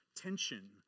tension